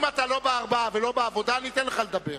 אם אתה לא בארבעה ולא בעבודה, אני אתן לך לדבר.